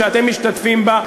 שאתם משתתפים בה,